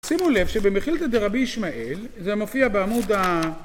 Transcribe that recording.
שימו לב שבמכילתא דרבי ישמעאל זה מופיע בעמוד ה...